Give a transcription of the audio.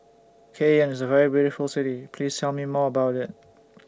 Cayenne IS A very beautiful City Please Tell Me More about IT